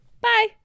Bye